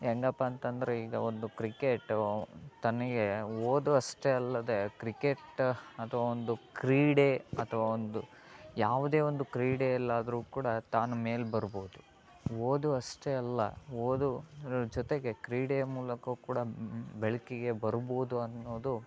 ಹೆಂಗಪ್ಪ ಅಂತಂದರೆ ಈಗ ಒಂದು ಕ್ರಿಕೇಟು ತನಗೆ ಓದು ಅಷ್ಟೇ ಅಲ್ಲದೆ ಕ್ರಿಕೆಟ್ ಅದು ಒಂದು ಕ್ರೀಡೆ ಅಥವಾ ಒಂದು ಯಾವುದೇ ಒಂದು ಕ್ರೀಡೆ ಅಲ್ಲಾದರೂ ಕೂಡ ತಾನು ಮೇಲೆ ಬರ್ಬೋದು ಓದು ಅಷ್ಟೇ ಅಲ್ಲ ಓದು ಅದರ ಜೊತೆಗೆ ಕ್ರೀಡೆಯ ಮೂಲಕವು ಕೂಡ ಬೆಳಕಿಗೆ ಬರ್ಬೋದು ಅನ್ನೋದು